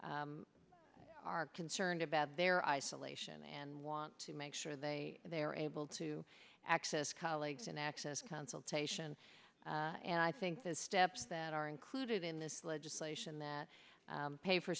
are concerned about their isolation and want to make sure they they're able to access colleagues and access consultation and i think the steps that are included in this legislation that pay